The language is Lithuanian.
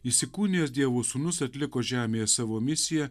įsikūnijęs dievo sūnus atliko žemėje savo misiją